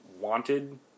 wanted